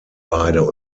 beide